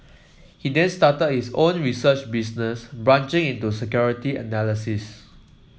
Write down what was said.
he then started his own research business branching into securities analysis